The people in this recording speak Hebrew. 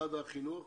משרד החינוך,